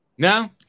No